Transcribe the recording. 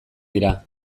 dira